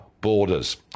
borders